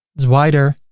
it's wider